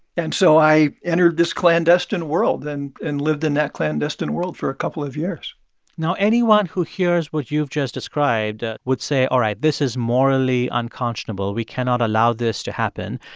and so i entered this clandestine world and and lived in that clandestine world for a couple of years now, anyone who hears what you've just described would say, all right, this is morally unconscionable. we cannot allow this to happen.